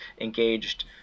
engaged